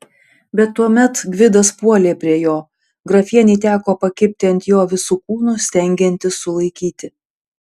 bet tuomet gvidas puolė prie jo grafienei teko pakibti ant jo visu kūnu stengiantis sulaikyti